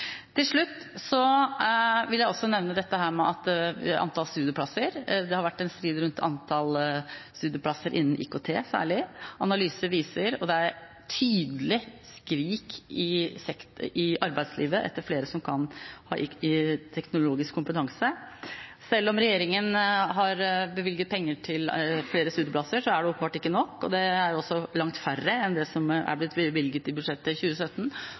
til slutt vil jeg også nevne, når det gjelder antall studieplasser, at det har vært en strid rundt antall studieplasser særlig innen IKT, og det er et tydelig skrik i arbeidslivet etter flere som har teknologisk kompetanse. Selv om regjeringen har bevilget penger til flere studieplasser, er det åpenbart ikke nok, og det er også langt mindre enn det som ble bevilget i budsjettet for 2017.